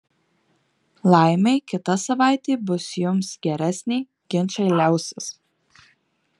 laimei kita savaitė bus jums geresnė ginčai liausis